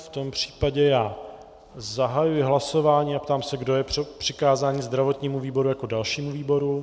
V tom případě zahajuji hlasování a ptám se, kdo je pro přikázání zdravotnímu výboru jako dalšímu výboru.